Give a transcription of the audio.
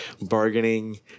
bargaining